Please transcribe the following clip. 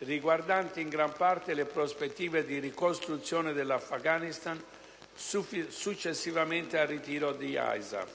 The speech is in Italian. riguardanti in gran parte le prospettive di ricostruzione dell'Afghanistan successivamente al ritiro di ISAF.